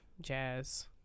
jazz